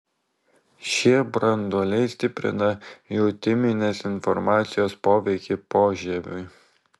šie branduoliai stiprina jutiminės informacijos poveikį požieviui